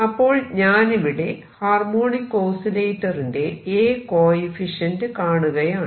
അപ്പോൾ ഞാനിവിടെ ഹാർമോണിക് ഓസിലേറ്ററിന്റെ A കോയിഫിഷ്യന്റ് കാണുകയാണ്